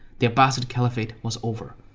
the abbasid caliphate was over.